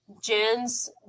jens